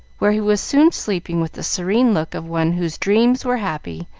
where he was soon sleeping with the serene look of one whose dreams were happy,